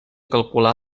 calcular